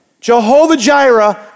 Jehovah-Jireh